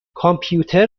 کامپیوتر